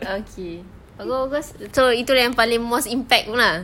okay bagus bagus so itu lah yang paling most impact lah